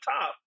top